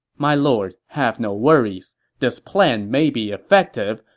my lord, have no worries. this plan may be effective,